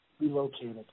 relocated